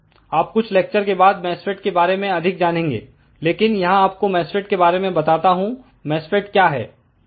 आप कुछ लेक्चर के बाद मैसफेट के बारे में अधिक जानेंगे लेकिन यहां आपको मैसफेट के बारे में बताता हूं मैसफेट क्याहै